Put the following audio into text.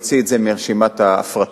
להוציא את זה מרשימת ההפרטות.